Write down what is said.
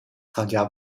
参加